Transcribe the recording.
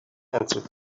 answered